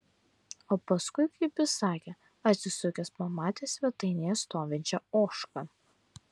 o paskui kaip jis sakė atsisukęs pamatė svetainėje stovinčią ožką